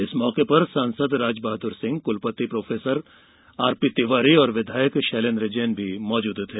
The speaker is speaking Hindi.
इस मौके पर सांसद राजबहादुर सिंह कुलपति प्रोफेसर आर पी तिवारी और विधायक शैलेन्द्र जैन मौजूद थे